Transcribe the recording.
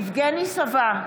יבגני סובה,